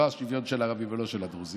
לא השוויון של הערבים ולא של הדרוזים,